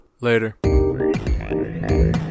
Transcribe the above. Later